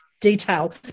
detail